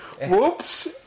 Whoops